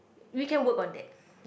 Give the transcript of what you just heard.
we can work on that